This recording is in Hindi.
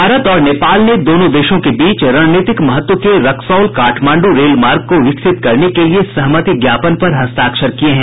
भारत और नेपाल ने दोनों देशों के बीच रणनीतिक महत्व के रक्सौल काठमांड् रेलमार्ग को विकसित करने के लिए सहमति ज्ञापन पर हस्ताक्षर किये हैं